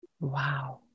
Wow